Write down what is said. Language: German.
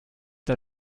der